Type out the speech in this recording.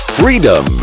freedom